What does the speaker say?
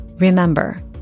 Remember